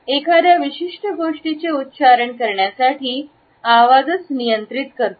एखाद्या विशिष्ट गोष्टीचे उच्चारण करण्यासाठी आवाजच नियंत्रित करतो